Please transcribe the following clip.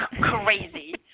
crazy